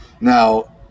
Now